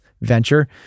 venture